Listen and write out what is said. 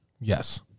Yes